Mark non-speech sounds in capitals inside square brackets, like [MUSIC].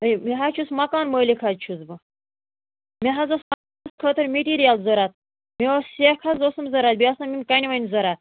ہے مےٚ حظ چھُس مَکان مٲلِک حظ چھُس بہٕ مےٚ حظ اوس [UNINTELLIGIBLE] خٲطرٕ میٚٹیٖریَل ضروٗرت مےٚ اوس سٮ۪کھ حظ ٲسٕم ضروٗرت بیٚیہِ آسَم یِم کَنہِ وَنہِ ضروٗرت